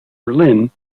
berlin